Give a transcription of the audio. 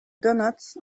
donuts